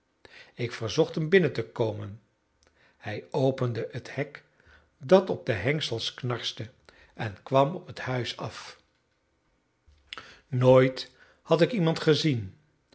ik verzocht hem binnen te komen hij opende het hek dat op de hengsels knarste en kwam op het huis af nooit had ik iemand gezien